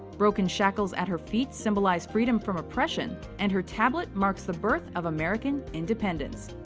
broken shackles at her feet symbolize freedom from oppression, and her tablet marks the birth of american independence.